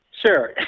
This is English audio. Sure